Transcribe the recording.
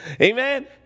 Amen